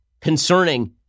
concerning